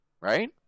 right